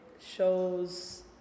shows